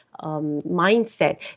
mindset